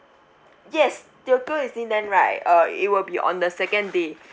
yes tokyo disneyland right uh it will be on the second day